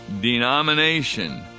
denomination